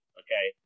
okay